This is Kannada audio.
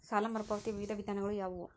ಸಾಲ ಮರುಪಾವತಿಯ ವಿವಿಧ ವಿಧಾನಗಳು ಯಾವುವು?